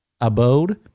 Abode